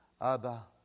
Abba